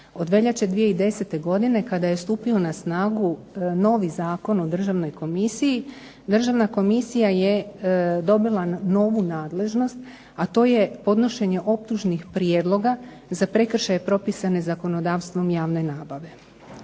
Od veljače 2010. godine kada je stupio na snagu novi Zakon o Državnoj komisiji Državna komisija je dobila novu nadležnost, a to je podnošenje optužnih prijedloga za prekršaje propisane zakonodavstvom javne nabave.